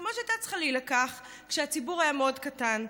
כמו שהייתה צריכה להתקבל כשהציבור היה מאוד קטן.